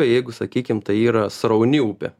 jeigu sakykim tai yra srauni upė